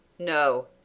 No